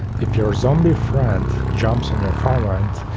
if your zombie friend jumps on your farmland,